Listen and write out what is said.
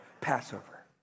passover